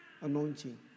anointing